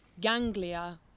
ganglia